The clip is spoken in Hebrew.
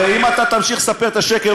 הרי אם אתה תמשיך את לספר את השקר,